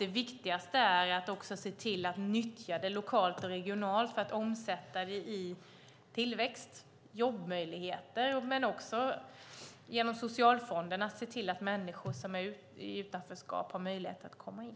Det viktigaste är att se till att nyttja dem lokalt och regionalt för att omsätta dem i tillväxt, jobbmöjligheter och också att genom socialfonderna se till att människor som är i utanförskap har möjlighet att komma in.